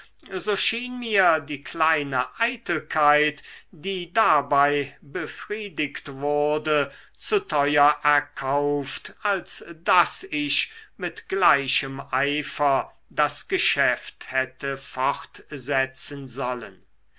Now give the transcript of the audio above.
so schien mir die kleine eitelkeit die dabei befriedigt wurde zu teuer erkauft als daß ich mit gleichem eifer das geschäft hätte fortsetzen sollen